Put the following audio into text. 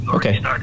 Okay